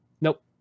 Nope